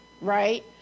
right